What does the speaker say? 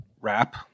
rap